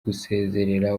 gusezerera